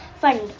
fund